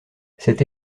cette